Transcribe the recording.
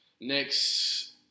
Next